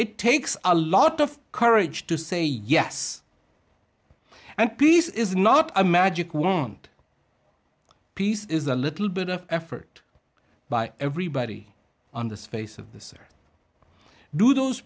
it takes a lot of courage to say yes and peace is not a magic wand peace is a little bit of effort by everybody on the face of this or do those